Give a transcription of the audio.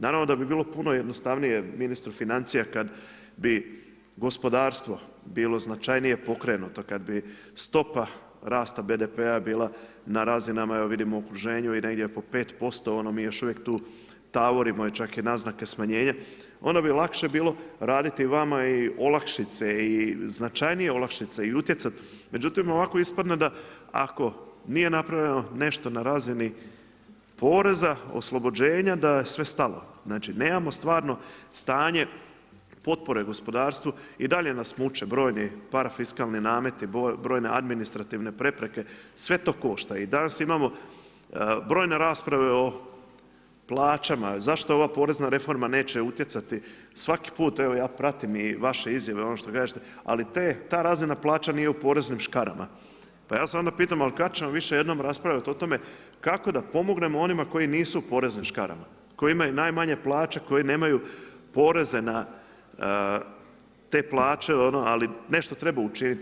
Naravno da bi bilo puno jednostavnije ministru financija kad bi gospodarstvo bilo značajnije pokrenuto, kad bi stopa rasta BDP-a bila na razinama, evo vidimo u okruženju i negdje oko 5%, mi još uvijek tu tavorimo, čak i naznake smanjenja, onda bi lakše raditi vam i olakšice i značajnije olakšice i utjecat, međutim ovako ispadne da ako nije napravljeno nešto na razini poreza, oslobođenja da je sve stalo, znači nemamo stvarno stanje potpore u gospodarstvu, i dalje nas muče brojni parafiskalni nameti, brojne administrativne prepreke, sve to košta i danas imamo brojne rasprave o plaćama, zašto ova porezna reforma neće utjecati, svaki put, evo i ja pratim i vaše izjave i ono što kažete, ali ta razina plaća nije u poreznim škarama, pa ja se onda pitam ali kad ćemo više jednom raspravljati o tome kako da pomognemo onima koju nisu u poreznim škarama, koji imaju najmanje plaće, koji nemaju poreze na te plaće ali nešto treba učiniti.